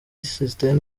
system